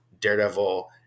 daredevil